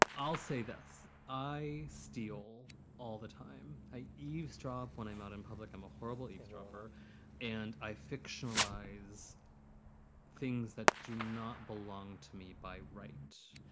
i'll say this. i steal all the time. i eavesdrop when i'm out in public. i'm a horrible eavesdropper and i fictionalize things that do not belong to me. by rights,